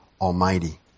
Almighty